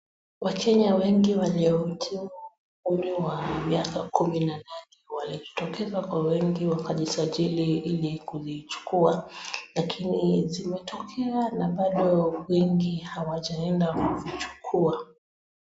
Wakenya wengi walio hitimu umri wa miaka kumi na nane walijitokeza kwa wingi wakajisajili ili kulichukua lakini zimetokea na bado wengi hawajaenda kuzichukua.